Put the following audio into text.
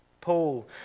Paul